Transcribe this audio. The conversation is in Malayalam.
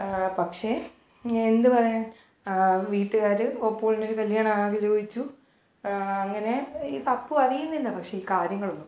പക്ഷേ എന്തു പറയാൻ വീട്ടുകാർ ഓപ്പൊൾനൊരു കല്യാണവാലോചിച്ചു അങ്ങനെ ഇത് അപ്പു അറിയുന്നില്ല പക്ഷേ ഈ കാര്യങ്ങളൊന്നും